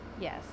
yes